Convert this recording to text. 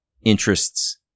interests